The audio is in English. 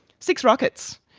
six rockets.